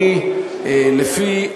אני, לפי